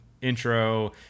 intro